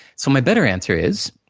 so my better answer is,